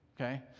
okay